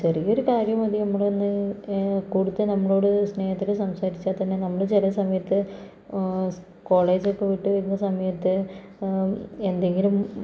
ചെറിയൊരു കാര്യം മതി നമ്മളൊന്ന് കൂടുതൽ നമ്മളോട് സ്നേഹത്തില് സംസാരിച്ചാൽ തന്നെ നമ്മള് ചില സമയത്ത് സ് കോളേജൊക്കെ വിട്ട് വരുന്ന സമയത്ത് എന്തെങ്കിലും